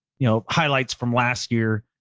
you know highlights from last year.